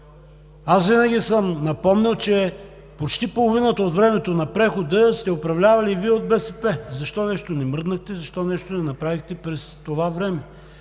Аз винаги съм напомнял, че почти половината от времето на прехода сте управлявали Вие от БСП. Защо нещо не мръднахте, защо нещо не направихте през това време?